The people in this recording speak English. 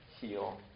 heal